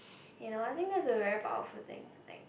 you know I think that is a very powerful thing thing